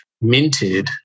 minted